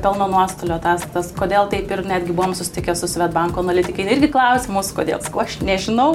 pelno nuostolių ataskaitas kodėl taip ir netgi buvom susitikę su svedbanku analitikai irgi klausia mūsų kodėl sakau aš nežinau